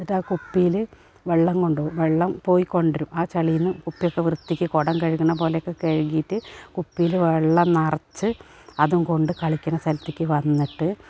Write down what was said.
എന്നിട്ടാ കുപ്പിയിൽ വെള്ളം കൊണ്ടു പോകും വെള്ളം പോയി കൊണ്ടു വരും ആ ചെളീന്ന് കുപ്പിയൊക്കെ വൃത്തിക്ക് കുടം കഴുകുന്ന പോലെയൊക്കെ കഴുകിയിട്ട് കുപ്പിയിൽ വെള്ളം നിറച്ച് അതും കൊണ്ട് കളിയ്ക്കണ സ്ഥലത്തേക്ക് വന്നിട്ട്